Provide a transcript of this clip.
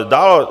Dál.